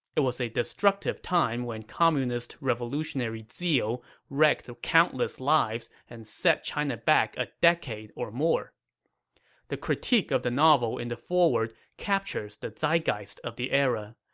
it was a destructive time when communist revolutionary zeal wrecked countless lives and set china back a decade or more the critique of the novel in the foreword captures the zeitgeist of the era.